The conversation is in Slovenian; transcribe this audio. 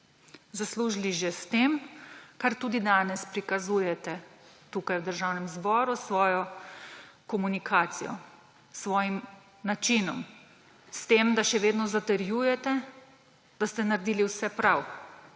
Zaslužili že s tem, kar tudi danes prikazujete tukaj v Državnem zboru s svojo komunikacijo, s svojim načinom, s tem, da še vedno zatrjujete, da ste naredili vse prav,